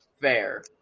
Fair